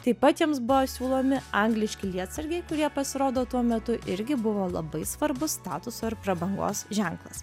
taip pat jiems buvo siūlomi angliški lietsargiai kurie pasirodo tuo metu irgi buvo labai svarbus statuso ir prabangos ženklas